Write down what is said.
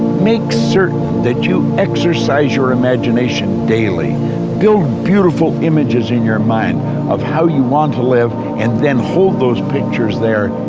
make certain that you exercise your imagination daily build beautiful images in your mind of how you want to live, and then hold those pictures there,